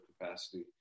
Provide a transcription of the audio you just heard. capacity